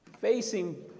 facing